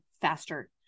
faster